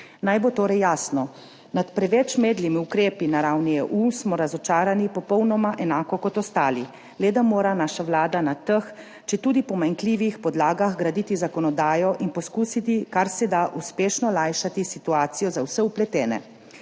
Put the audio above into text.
Naj bo torej jasno, nad preveč medlimi ukrepi na ravni EU smo razočarani popolnoma enako kot ostali, le da mora naša vlada na teh, četudi pomanjkljivih podlagah graditi zakonodajo in poskusiti kar se da uspešno lajšati situacijo za vse vpletene.